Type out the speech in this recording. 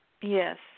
Yes